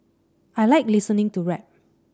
I like listening to rap